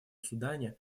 судане